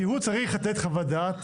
כי הוא צריך לתת חוות דעת